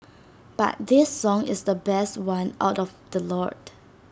but this song is the best one out of the lot